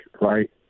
right